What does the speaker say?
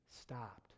stopped